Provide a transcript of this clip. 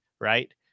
right